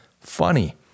funny